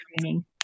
training